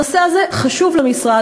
הנושא הזה חשוב למשרד,